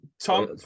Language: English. Tom